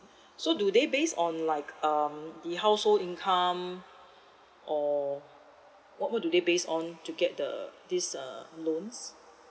so do they based on like um the household income or what what do they based on to get the this uh loans